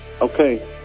Okay